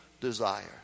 desire